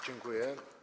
Dziękuję.